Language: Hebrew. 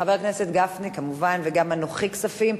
חבר הכנסת גפני כמובן, וגם אנוכי, כספים.